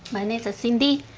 my name's cindy,